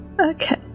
Okay